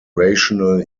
rotational